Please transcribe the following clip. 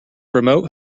remote